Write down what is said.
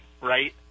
right